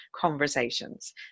conversations